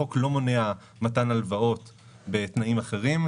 החוק לא מונע מתן הלוואות בתנאים אחרים,